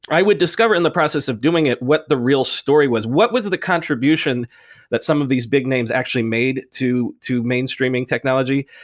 i would discover in the process of doing it what the real story was. what was the contribution that some of these big names actually made to to mainstreaming technology?